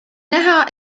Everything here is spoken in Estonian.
näha